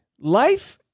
life